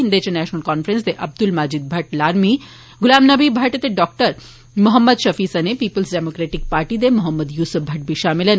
इंदे च national conference दे अब्दुल मजीद भट्ट लारमी गुलाम नबी भट्ट ते डाक्टर मोहम्मद शफी सने पीप्ल्स डेमोक्रेटिक पार्टी दे मोहम्मद य्स्फ भट्ट बी शामल न